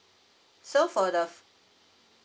so for the